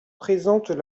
présentent